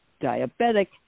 diabetic